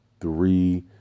three